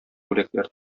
бүләкләр